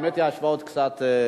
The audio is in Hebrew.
האמת היא, ההשוואות קצת,